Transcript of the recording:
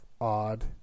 odd